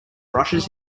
brushes